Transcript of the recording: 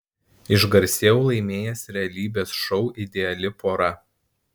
išgarsėjau laimėjęs realybės šou ideali pora